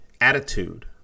attitude